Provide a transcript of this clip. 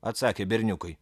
atsakė berniukai